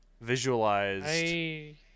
visualized